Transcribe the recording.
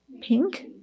Pink